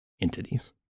entities